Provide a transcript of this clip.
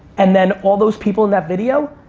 and then all those people in that video,